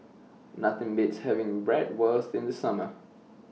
Nothing Beats having Bratwurst in The Summer